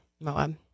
Moab